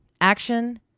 action